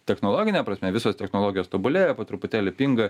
technologine prasme visos technologijos tobulėja po truputėlį pinga